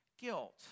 guilt